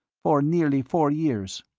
for nearly four years.